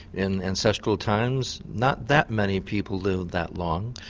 in ancestral times not that many people lived that long.